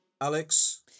Alex